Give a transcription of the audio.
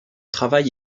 travail